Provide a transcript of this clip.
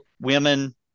women